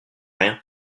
rien